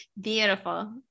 Beautiful